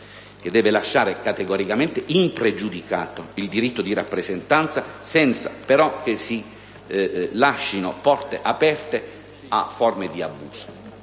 che deve lasciare categoricamente impregiudicato il diritto di rappresentanza, senza però che si lascino porte aperte a forme di abuso.